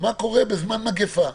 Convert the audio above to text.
מה קורה בזמן מגפה.